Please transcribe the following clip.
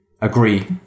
agree